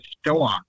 store